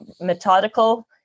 methodical